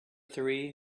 three